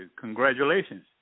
congratulations